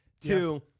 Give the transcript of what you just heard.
Two